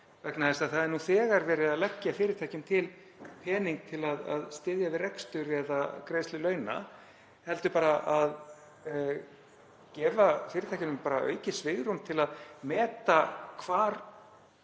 vegna þess að það er nú þegar verið að leggja fyrirtækjum til pening til að styðja við rekstur eða greiðslu launa heldur bara að gefa fyrirtækjunum aukið svigrúm til að meta hvar